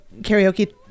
karaoke